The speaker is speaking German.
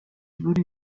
wurde